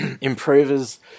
improvers